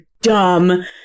dumb